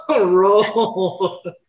roll